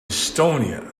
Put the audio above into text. estonia